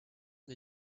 the